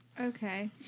Okay